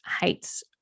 hates